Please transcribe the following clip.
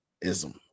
ism